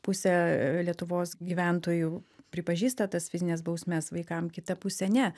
pusė lietuvos gyventojų pripažįsta tas fizines bausmes vaikam kita pusė ne